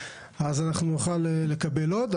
אז אנחנו נוכל לקבל עוד.